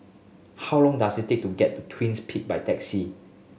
how long does it take to get to Twins Peak by taxi